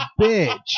bitch